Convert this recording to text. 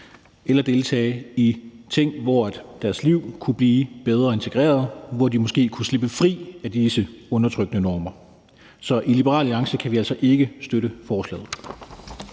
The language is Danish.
eller deltage i ting, så de kunne blive bedre integreret og måske kunne slippe fri af disse undertrykkende normer. Så i Liberal Alliance kan vi altså ikke støtte forslaget.